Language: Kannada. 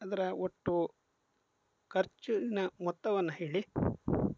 ಅದರ ಒಟ್ಟು ಖರ್ಚು ನ ಮೊತ್ತವನ್ನ ಹೇಳಿ